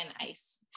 ice